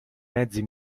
mezzi